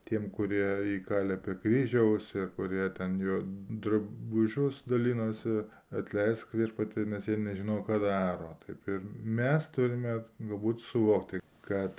tiem kurie jį kalė prie kryžiaus ir kurie ten jo drabužius dalinosi atleisk viešpatie nes jie nežino ką daro taip ir mes turime galbūt suvokti kad